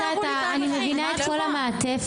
להלן תרגומם: אני מבינה את כל המעטפת.